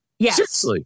Yes